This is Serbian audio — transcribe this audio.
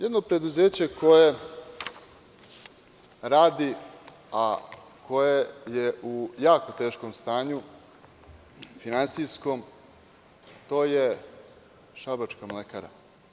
Jedno preduzeće koje radi a koje je u jako teškom finansijskom stanju jeste „Šabačka mlekara“